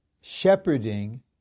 shepherding